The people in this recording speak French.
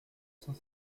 cent